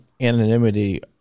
anonymity